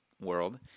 world